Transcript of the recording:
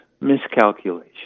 miscalculation